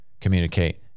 communicate